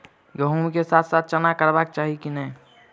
गहुम केँ साथ साथ चना करबाक चाहि की नै?